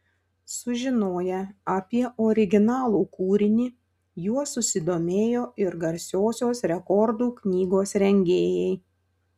sužinoję apie originalų kūrinį juo susidomėjo ir garsiosios rekordų knygos rengėjai